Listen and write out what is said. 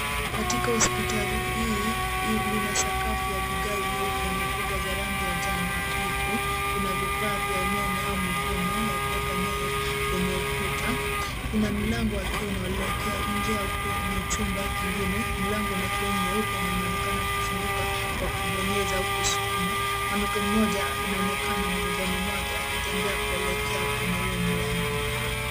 Katika hospitali hii lina sakafu ya vigae vyeupe na kuta za rangi ya njano hafifu. Kuna vifaa vya umeme au mvumo ya kuweka nyaya kwenye ukuta. Kuna mlango ukiwa unaelekea nje au kwenye chumba kingine. Mlango una fremu nyeupe na unaonekana kufunguka kwa kubonyeza au kusukuma. Mwanamke mmoja anaonekana mgongoni mwake, akitembea kuelekea kwenye ule mlango.